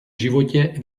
životě